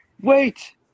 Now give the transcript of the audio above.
wait